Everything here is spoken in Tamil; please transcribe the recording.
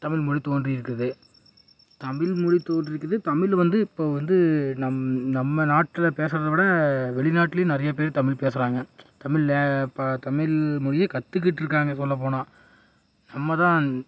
தமிழ்மொழி தோன்றி இருக்குது தமிழ்மொழி தோன்றி இருக்குது தமிழ் வந்து இப்போ வந்து நம் நம்ம நாட்டில பேசுறதை விட வெளிநாட்லையும் நிறைய பேர் தமிழ் பேசுறாங்க தமிழில் ப தமிழ்மொழியை கற்றுக்கிட்டு இருக்காங்க சொல்லப்போனால் நம்மதான்